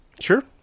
Sure